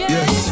Yes